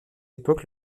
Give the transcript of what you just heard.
époque